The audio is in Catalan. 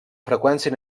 freqüència